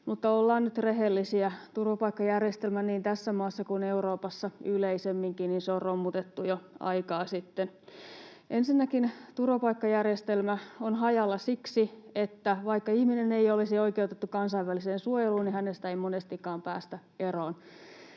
mutta ollaan nyt rehellisiä: turvapaikkajärjestelmä niin tässä maassa kuin Euroopassa yleisemminkin on romutettu jo aikaa sitten. Ensinnäkin turvapaikkajärjestelmä on hajalla siksi, että vaikka ihminen ei olisi oikeutettu kansainväliseen suojeluun, niin hänestä ei monestikaan päästä eroon